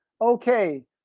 okay